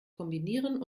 kombinieren